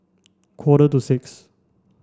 quarter to six